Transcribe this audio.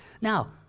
Now